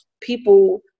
people –